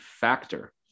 Factor